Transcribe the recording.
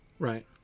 Right